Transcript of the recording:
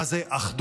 מה זה אחדות,